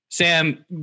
Sam